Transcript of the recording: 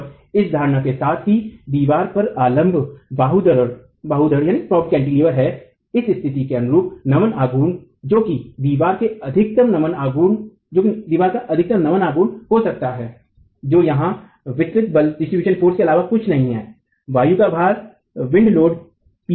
तो इस धारणा के साथ कि दीवार एक अवलम्ब बाहुधरण है इस स्थिति के अनुरूप नमन अघूर्ण जो की दीवार में अधिकतम नमन आघूर्ण हो सकता है जो यहाँ वितरित बल के अलावा कुछ भी नहीं है वायु का भार pb h2 8 है